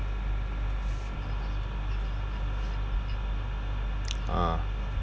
uh